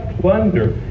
plunder